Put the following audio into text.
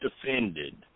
defended